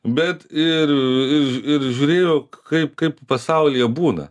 bet ir ir žiūrėjo kaip kaip pasaulyje būna